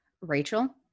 Rachel